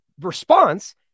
response